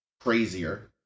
crazier